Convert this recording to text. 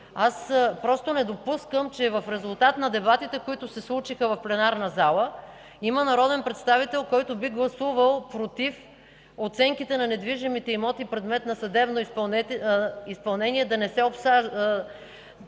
Аз просто не допускам, че в резултат на дебатите, които се случиха в пленарната зала, има народен представител, който би гласувал против оценките на недвижимите имоти – предмет на съдебно изпълнение, да не се обжалват;